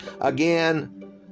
Again